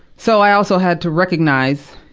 so i also had to recognize,